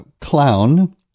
clown